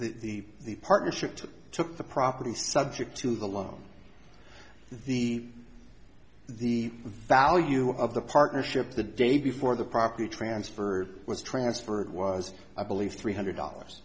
that the partnership took the property subject to the loan the the value of the partnership the day before the property transfer was transferred was i believe three hundred dollars